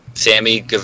Sammy